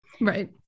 Right